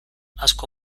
asko